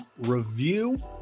review